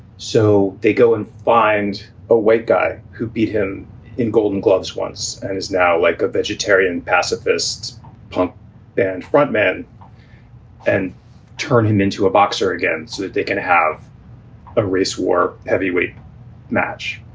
so they go and find a white guy who beat him in golden gloves once and is now like a vegetarian, pacifist punk band frontman and turn him into a boxer again so that they can have a race war heavyweight match.